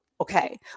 okay